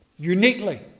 Uniquely